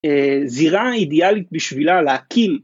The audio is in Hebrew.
זירה אידיאלית בשבילה להקים